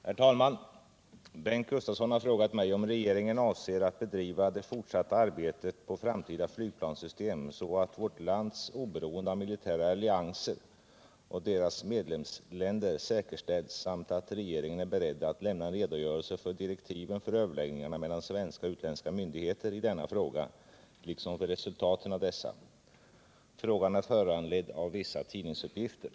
Herr talman! Bengt Gustavsson har frågat mig om regeringen avser att bedriva det fortsatta arbetet på framtida flygplanssystem så att vårt — Nr 52 lands oberoende av militära allianser och deras medlemsländer säkerställs Torsdagen den samt om regeringen är beredd att lämna en redogörelse för direktiven 15 december 1977 för överläggningarna mellan svenska och utländska myndigheter i denna fråga liksom för resultaten av dessa. Frågan är föranledd av vissa tid Om arbetet på ningsuppgifter.